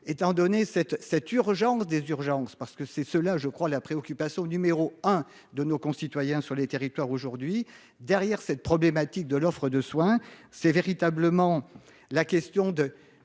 étant donné cette, cette urgence des urgences parce que c'est cela je crois la préoccupation numéro un de nos concitoyens sur les territoires aujourd'hui derrière cette problématique de l'offre de soins c'est véritablement la question de